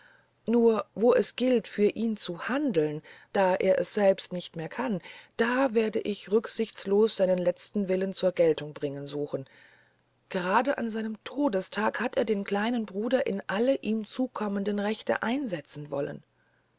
nur wo es gilt für ihn zu handeln da er es selbst nicht mehr kann da werde ich rücksichtslos seinen letzten willen zur geltung zu bringen suchen gerade an seinem todestage hat er den kleinen bruder in alle ihm zukommenden rechte einsetzen wollen